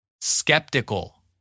Skeptical